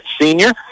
senior